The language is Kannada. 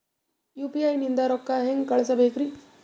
ಯು.ಪಿ.ಐ ನಿಂದ ರೊಕ್ಕ ಹೆಂಗ ಕಳಸಬೇಕ್ರಿ?